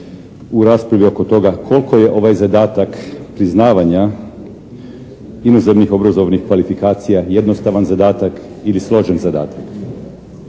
u raspravi oko toga koliko je ovaj zadatak priznavanja inozemnih obrazovnih kvalifikacija jednostavan zadatak ili složen zadatak.